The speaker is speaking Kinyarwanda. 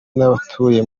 n’abatuye